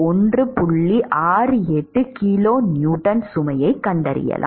68 kilonewton சுமையைக் கண்டறியலாம்